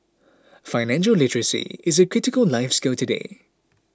financial literacy is a critical life skill today